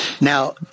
Now